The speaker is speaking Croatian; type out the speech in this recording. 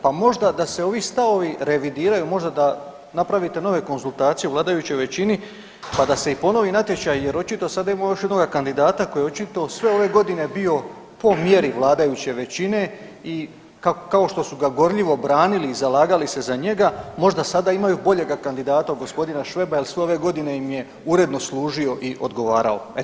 Pa možda da se ovi stavovi revidiraju, možda da napravite nove konzultacije u vladajućoj većini, pa da se i ponovi natječaj jer očito sada imamo još jednoga kandidata koji je očito sve ove godine bio po mjeri vladajuće većine i kao što su ga gorljivo branili i zalagali se za njega možda sada imaju boljega kandidata od g. Šveba jer sve ove godine im je uredno služio i odgovarao.